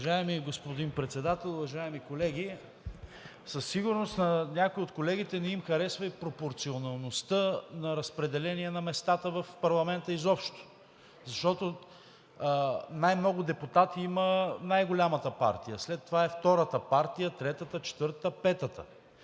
Уважаеми господин Председател, уважаеми колеги! Със сигурност на някои от колегите изобщо не им харесва и пропорционалността на разпределение на местата в парламента, защото най-много депутати има най-голямата партия, след това е втората партия, третата, четвъртата, петата.